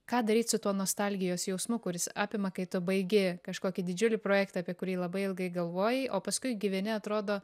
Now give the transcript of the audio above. ką daryt su tuo nostalgijos jausmu kuris apima kai tu baigi kažkokį didžiulį projektą apie kurį labai ilgai galvojai o paskui gyveni atrodo